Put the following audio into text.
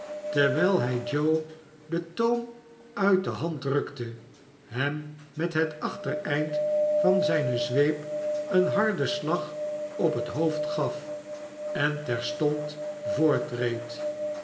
terwijl hij joe den toom uit de hand rukte hem met het achtereind van zijne zweep een harden slag op het hoofd gaf en terstond